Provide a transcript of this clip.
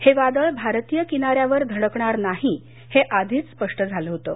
हे वादळ भारतीय किनाऱ्यावर धडकणार नाही हे आधीच स्पष्ट झालं होतं